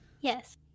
Yes